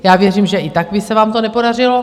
Já věřím, že i tak by se vám to nepodařilo.